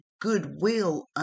goodwill